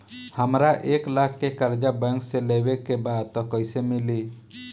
हमरा एक लाख के कर्जा बैंक से लेवे के बा त कईसे मिली?